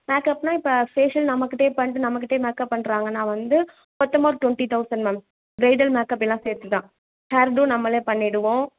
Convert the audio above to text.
மேக்கப்னா இப்போ ஃபேஷியல் நம்மக்கிட்டயே பண்ணிட்டு நம்மக்கிட்டயே மேக்கப் பண்ணுறாங்கன்னா வந்து மொத்தமாக twenty thousand ma'am bridal makeup எல்லாம் சேர்த்து தான் ஹேர்டு நம்மளே பண்ணிடுவோம்